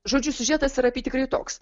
žodžiu siužetas yra apytikriai toks